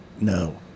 No